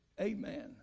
amen